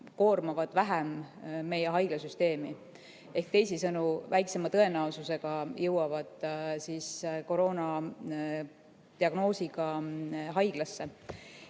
koormavad vähem meie haiglasüsteemi ehk, teisisõnu, väiksema tõenäosusega jõuavad koroona diagnoosiga haiglasse.